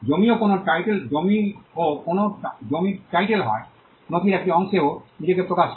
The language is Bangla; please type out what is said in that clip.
জমিও কোনও জমির টাইটেল হয় নথির একটি অংশেও নিজেকে প্রকাশ করে